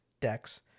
decks